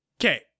okay